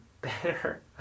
better